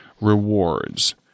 rewards